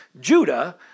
Judah